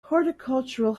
horticultural